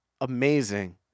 amazing